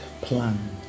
plan